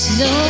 no